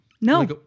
No